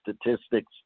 statistics